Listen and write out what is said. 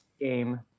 game